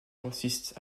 consiste